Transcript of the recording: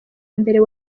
mbere